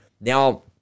now